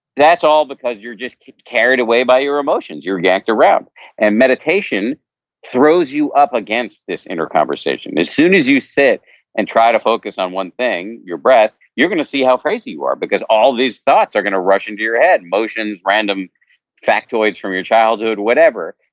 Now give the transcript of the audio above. that's all because you're just carried away by your emotions, you're yanked around and meditation throws you up against this inner conversation, as soon as you sit and try to focus on one thing, your breath, you're going to see how crazy you are, because all these thoughts are going to rush into your head, motions, random factoids from your childhood, whatever,